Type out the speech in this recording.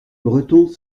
bretons